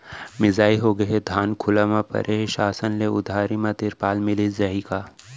मिंजाई होगे हे, धान खुला म परे हे, शासन ले उधारी म तिरपाल मिलिस जाही का?